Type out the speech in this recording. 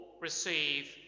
receive